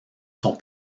son